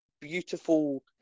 beautiful